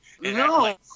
No